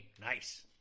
Nice